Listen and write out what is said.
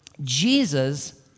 Jesus